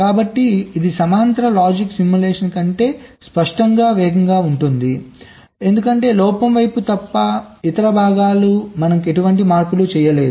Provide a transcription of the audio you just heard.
కాబట్టి ఇది సమాంతర లాజిక్ సిమ్యులేషన్ కంటే స్పష్టంగా వేగంగా ఉంటుంది ఎందుకంటే లోపం వైపు తప్ప ఇతర భాగాలు మనం ఎటువంటి మార్పులు చేయలేదు